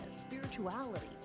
spirituality